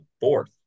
fourth